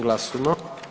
Glasujmo.